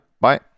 Bye